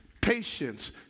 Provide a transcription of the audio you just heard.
patience